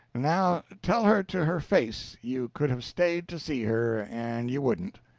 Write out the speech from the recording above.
now, tell her to her face you could have stayed to see her, and you wouldn't.